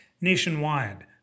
nationwide